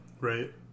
Right